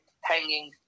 hanging